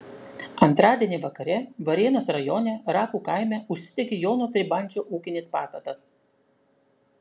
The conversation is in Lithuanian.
antradienį vakare varėnos rajone rakų kaime užsidegė jono tribandžio ūkinis pastatas